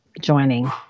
joining